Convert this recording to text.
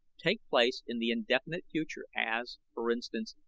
take place in the indefinite future, as, for instance,